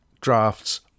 drafts